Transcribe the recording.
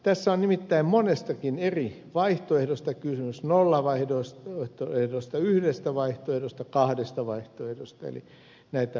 tässä on nimittäin monestakin eri vaihtoehdosta kysymys nollavaihtoehdosta yhdestä vaihtoehdosta kahdesta vaihtoehdosta eli näitä vaihtoehtoja on useampia